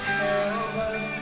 heaven